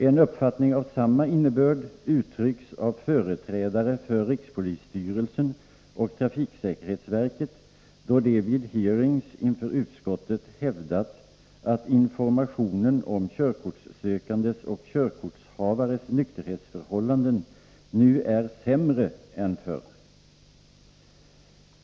En uppfattning av samma innebörd uttrycks av företrädare för rikspolisstyrelsen och trafiksäkerhetsverket, då de vid hearings inför utskottet hävdat att ”informationen om körkortssökandes och körkortshavares nykterhetsförhållanden nu är sämre än förr”.